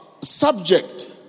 subject